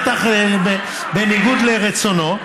בטח בניגוד לרצונו,